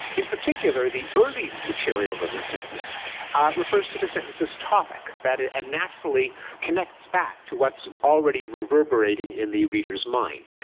in particular, the early material in the sentence refers to the sentence's topic and ah ah naturally connects back to what's already reverberating in the reader's mind.